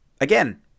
Again